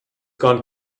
gone